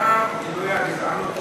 שם גילויי הגזענות,